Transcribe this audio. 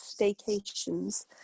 staycations